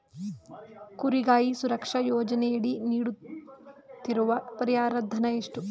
ಕುರಿಗಾಹಿ ಸುರಕ್ಷಾ ಯೋಜನೆಯಡಿ ನೀಡುತ್ತಿರುವ ಪರಿಹಾರ ಧನ ಎಷ್ಟು?